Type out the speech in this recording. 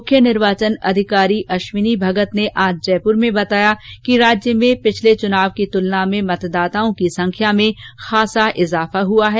मुख्य निर्वाचन अधिकारी अश्विनी भगत ने आज जयपूर में बताया कि राज्य में पिछले वर्ष की तुलना में मतददाताओं की संख्या में खासा इजाफा हुआ है